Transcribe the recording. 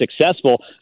successful